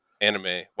anime